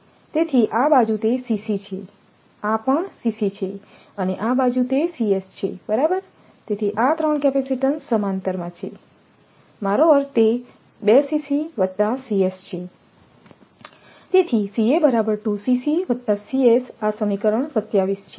તેથીઆ બાજુ તે છે આ છેઅને આ બાજુ તેછે બરાબર તેથી આ 3 કેપેસિટીન્સ સમાંતરમાં છે મારો અર્થ તે છે તેથી બરાબર આ સમીકરણ 27 છે